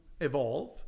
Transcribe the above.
evolve